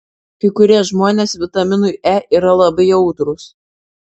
kai kurie žmonės vitaminui e yra labai jautrūs